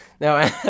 no